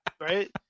Right